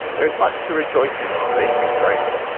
there is much to rejoice in, being australian.